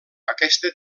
aquesta